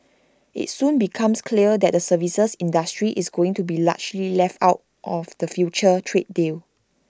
IT soon becomes clear that the services industry is going to be largely left out of the future trade deal